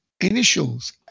Initials